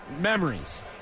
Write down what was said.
Memories